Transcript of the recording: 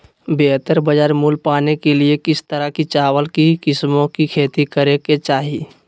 बेहतर बाजार मूल्य पाने के लिए किस तरह की चावल की किस्मों की खेती करे के चाहि?